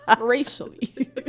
Racially